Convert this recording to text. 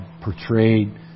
portrayed